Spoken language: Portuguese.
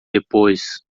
depois